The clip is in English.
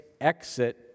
exit